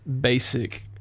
basic